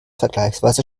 vergleichsweise